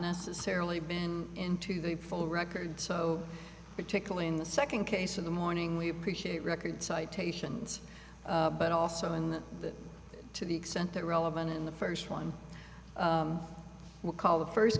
necessarily been into the full record so particularly in the second case in the morning we appreciate record citations but also in it to the extent that are relevant in the first one we'll call the first